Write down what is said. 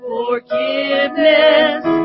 Forgiveness